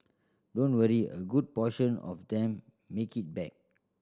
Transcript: don't worry a good portion of them make it back